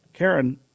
Karen